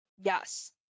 Yes